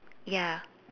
ya